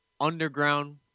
underground